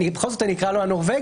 בכל זאת אני אקרא לו "הנורבגי",